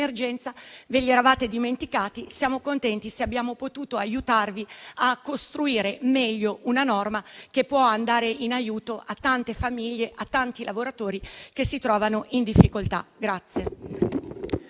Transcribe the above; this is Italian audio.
Ve li siete dimenticati. Siamo contenti se abbiamo potuto aiutarvi a costruire in modo migliore una norma che potrà andare in aiuto a tante famiglie e a tanti lavoratori che si trovano in difficoltà.